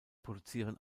produzieren